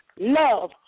Love